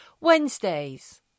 Wednesdays